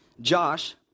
Josh